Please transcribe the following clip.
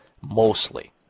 mostly